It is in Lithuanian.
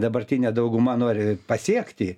dabartinė dauguma nori pasiekti